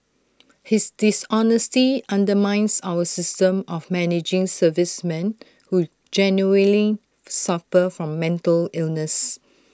his dishonesty undermines our system of managing servicemen who genuinely suffer from mental illness